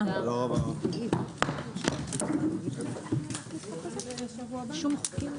הישיבה ננעלה בשעה 13:45.